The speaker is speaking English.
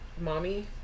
mommy